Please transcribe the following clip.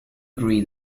agree